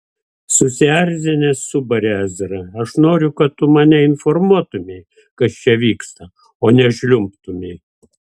susierzinęs subarė ezra aš noriu kad tu mane informuotumei kas čia vyksta o ne žliumbtumei